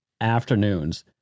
Afternoons